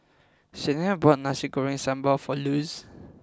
Sienna bought Nasi Goreng Sambal for Luz